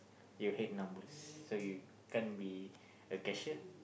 you hate numbers so you can't be a cashier